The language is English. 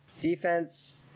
Defense